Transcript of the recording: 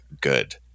good